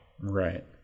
Right